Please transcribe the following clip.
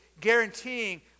guaranteeing